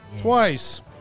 Twice